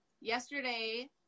yesterday